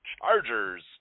Chargers